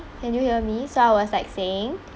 can you hear me so I was like saying